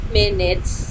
minutes